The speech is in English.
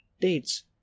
dates